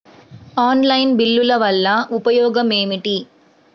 Online బిల్లుల వల్ల ఉపయోగమేమిటీ?